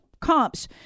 comps